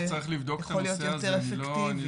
יכול להיות אפקטיבי.